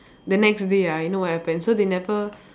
the next day ah you know what happen so they never